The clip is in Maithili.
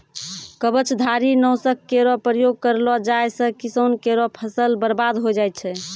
कवचधारी? नासक केरो प्रयोग करलो जाय सँ किसान केरो फसल बर्बाद होय जाय छै